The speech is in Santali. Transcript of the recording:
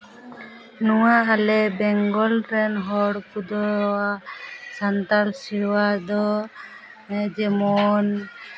ᱱᱚᱣᱟ ᱟᱞᱮ ᱵᱮᱝᱜᱚᱞ ᱨᱮᱱ ᱦᱚᱲ ᱠᱚᱫᱚ ᱥᱟᱱᱛᱟᱞ ᱥᱮᱨᱣᱟ ᱫᱚ ᱡᱮᱢᱚᱱ